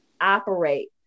operate